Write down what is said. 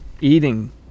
eating